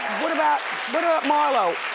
what about marlo?